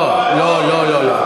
לא לא לא.